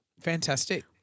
Fantastic